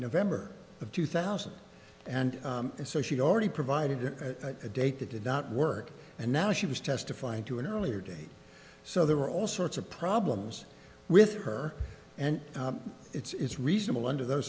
november of two thousand and eight so she already provided a date that did not work and now she was testifying to an earlier date so there were all sorts of problems with her and it's reasonable under those